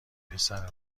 پسره